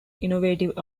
innovative